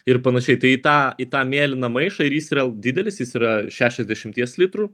ir panašiai tai į tą į tą mėlyną maišą ir jis yra didelis jis yra šešiasdešimties litrų